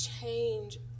change